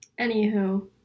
Anywho